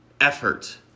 effort